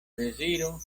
deziro